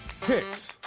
Picks